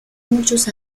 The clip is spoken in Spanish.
muchos